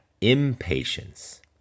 impatience